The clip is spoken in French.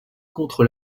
contre